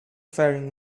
faring